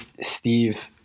steve